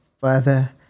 further